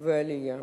והעלייה